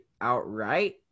outright